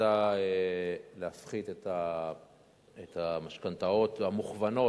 ההחלטה להוריד את הריבית על המשכנתאות המוכוונות